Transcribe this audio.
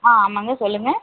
ஆ ஆமாம்ங்க சொல்லுங்கள்